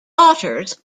daughters